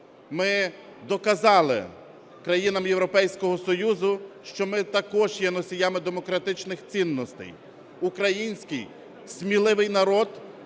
Ми доказали країнам Європейського Союзу, що ми також є носіями демократичних цінностей. Український сміливий народ